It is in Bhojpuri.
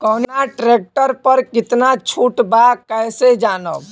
कवना ट्रेक्टर पर कितना छूट बा कैसे जानब?